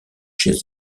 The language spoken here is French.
chez